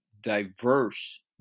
diverse